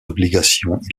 obligations